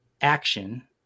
action